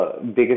Biggest